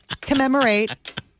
Commemorate